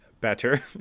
better